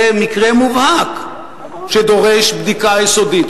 זה מקרה מובהק שדורש בדיקה יסודית.